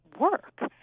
work